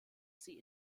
sie